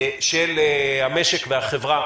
של המשק והחברה